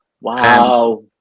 Wow